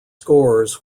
scores